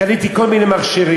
קניתי כל מיני מכשירים,